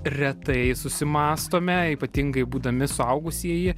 retai susimąstome ypatingai būdami suaugusieji